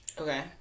okay